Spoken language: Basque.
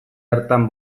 hartan